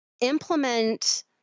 implement